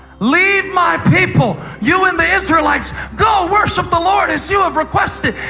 leave my people, you and the israelites! go, worship the lord as you have requested.